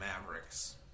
Mavericks